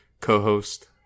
co-host